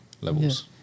levels